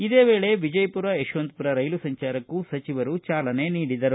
ಇದೇ ವೇಳೆ ವಿಜಯಪುರ ಯಶವಂತಪುರ ರೈಲು ಸಂಚಾರಕ್ಕೂ ಸಚಿವರು ಚಾಲನೆ ನೀಡಿದರು